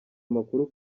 amakuru